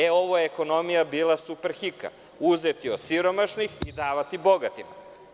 E, ovo je bila ekonomija Super Hika – uzeti od siromašnih i davati bogatima.